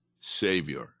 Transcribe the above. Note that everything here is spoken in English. Savior